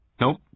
Nope